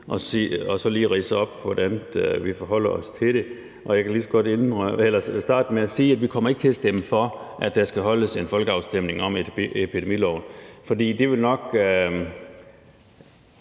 så lige ridse op, hvordan vi forholder os til det. Jeg kan lige så godt starte med at sige, at vi ikke kommer til at stemme for, at der skal holdes en folkeafstemning om epidemiloven. Man vil